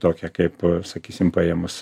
tokia kaip sakysim paėmus